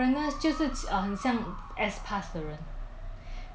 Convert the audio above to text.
因为如果你要 uh migrate 来新加坡你一定要有一点